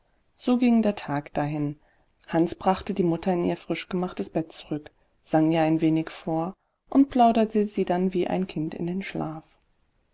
so ging der tag dahin hans brachte die mutter in ihr frischgemachtes bett zurück sang ihr ein wenig vor und plauderte sie dann wie ein kind in den schlaf